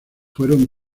fueron